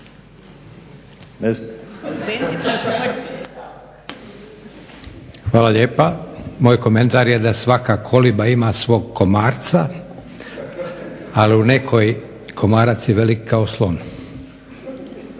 Hvala lijepa. Moj komentar je da svaka koliba ima svog komarca, ali u nekoj komarac je velik kao slon.